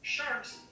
Sharks